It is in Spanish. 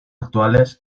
actuales